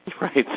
Right